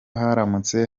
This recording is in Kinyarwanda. haramutse